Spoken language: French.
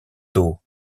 tôt